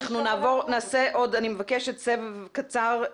אני מבקשת עוד סבב קצר.